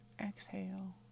exhale